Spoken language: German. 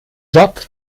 job